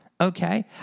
Okay